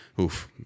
Oof